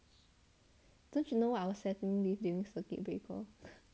don't you know what I was settling with during circuit breaker